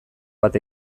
bat